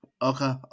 Okay